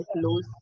close